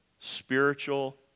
spiritual